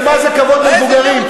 ומה זה כבוד למבוגרים.